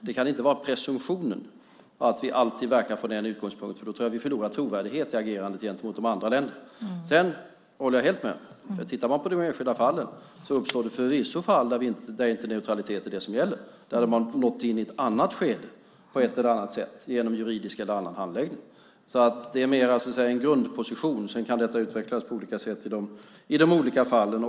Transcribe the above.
Det kan inte vara presumtionen att vi alltid verkar från den utgångspunkten; då tror jag att vi förlorar trovärdighet i agerandet gentemot de andra länderna. Jag håller helt med om att det bland de enskilda fallen förvisso finns fall där neutralitet inte är det som gäller, där man har nått in i ett annat skede på ett eller annat sätt genom juridisk eller annan handläggning. Det är mer en grundposition. Sedan kan detta utvecklas på olika sätt i de olika fallen.